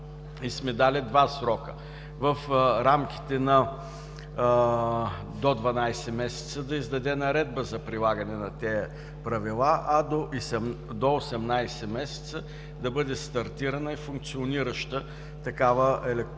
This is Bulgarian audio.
сме дали два срока. В рамките до 12 месеца да издаде наредба за прилагане на тези правила, а до 18 месеца да бъде стартирана и функционираща такава електронна